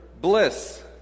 bliss